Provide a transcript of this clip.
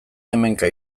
hemenka